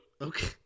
Okay